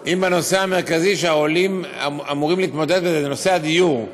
אתו, שזה נושא הדיור,